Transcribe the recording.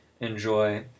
enjoy